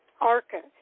ARCA